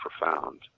profound